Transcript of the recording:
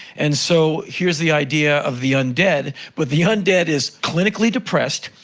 and so, here's the idea of the undead, but the undead is clinically depressed,